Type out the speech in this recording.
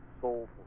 soulful